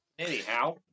Anyhow